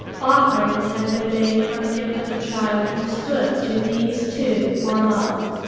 offerings had been made for the gift of the child who stood to these two for love.